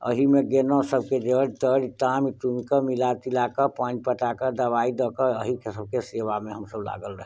अएहिमे गेलहुॅं सबके जरि तरि ताइम तुइम कऽ मिला तिला कऽ पानि पटा कऽ दबाइ दऽ कऽ एहि सऽ सबके सेबामे हमसब लागल रहै छी